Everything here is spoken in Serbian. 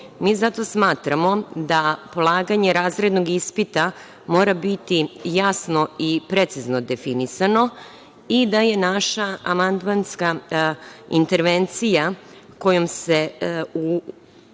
Mi zato smatramo da polaganje razrednog ispita mora biti jasno i precizno definisano i da je naša amandmanska intervencija kojom se posebno